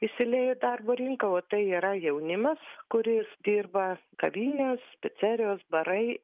įsiliejo į darbo rinką o tai yra jaunimas kuris dirba kavinės picerijos barai